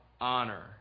honor